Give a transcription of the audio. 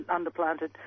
underplanted